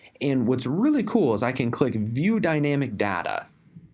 and what's really cool is i can click view dynamic data.